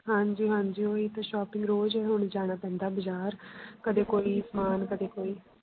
ਹਾਂਜੀ ਹਾਂਜੀ ਉਹੀ ਤਾਂ ਸ਼ੋਪਿੰਗ ਰੋਜ਼ ਹੁਣ ਜਾਣਾ ਪੈਂਦਾ ਬਾਜ਼ਾਰ ਕਦੇ ਕੋਈ ਸਮਾਨ ਕਦੇ ਕੋਈ